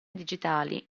digitali